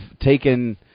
taken